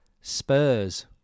Spurs